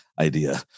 idea